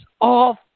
off